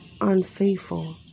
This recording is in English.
unfaithful